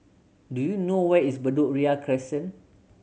do you know where is Bedok Ria Crescent